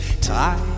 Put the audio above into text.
Tied